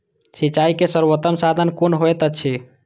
सिंचाई के सर्वोत्तम साधन कुन होएत अछि?